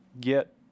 get